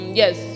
yes